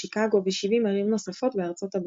שיקגו ו-70 ערים נוספות בארצות הברית,